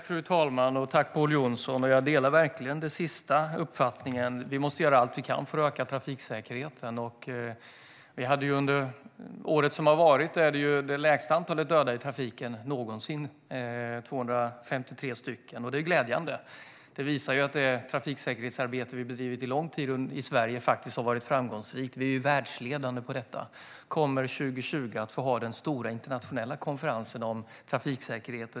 Fru talman! Tack, Pål Jonson! Jag håller verkligen med om att vi måste göra allt vi kan för att öka trafiksäkerheten. Under året som var hade vi det lägsta antalet döda i trafiken någonsin - 253 stycken. Det är glädjande. Det visar att det trafiksäkerhetsarbete som vi har bedrivit i Sverige under lång tid har varit framgångsrikt. Vi är världsledande på detta och kommer år 2020 att få hålla i den stora internationella konferensen om trafiksäkerhet.